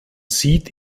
sieht